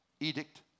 Edict